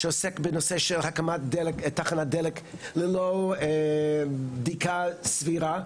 שעוסק בהקמת תחנת דלק ללא בדיקה סבירה,